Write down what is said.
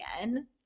again